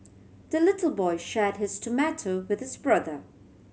the little boy shared his tomato with his brother